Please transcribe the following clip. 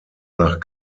nach